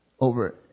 over